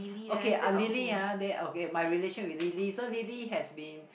okay Lily ah they okay my relation with Lily so Lily has been